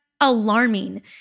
alarming